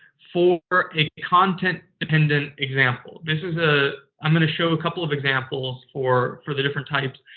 for for a content dependent example, this is a. i'm going to show a couple of examples for for the different types.